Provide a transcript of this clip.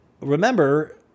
remember